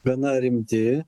gana rimti